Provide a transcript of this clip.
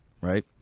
right